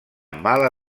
mala